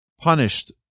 punished